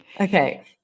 Okay